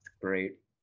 great